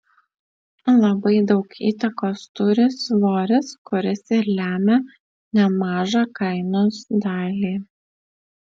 labai daug įtakos turi svoris kuris ir lemia nemažą kainos dalį